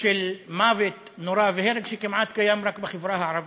של מוות נורא והרג שקיים כמעט רק בחברה הערבית.